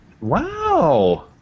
Wow